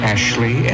Ashley